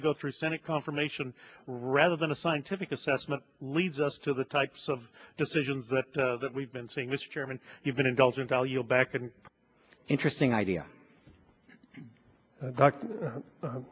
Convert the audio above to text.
to go through senate confirmation rather than a scientific assessment leads us to the types of decisions that we've been seeing mr chairman you've been indulging value back an interesting idea